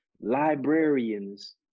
librarians